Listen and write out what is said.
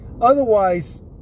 Otherwise